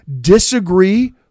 disagree